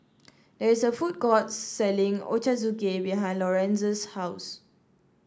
there is a food court selling Ochazuke behind Lorenza's house